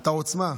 אתה עוצמה.